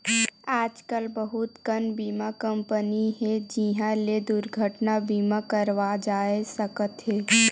आजकल बहुत कन बीमा कंपनी हे जिंहा ले दुरघटना बीमा करवाए जा सकत हे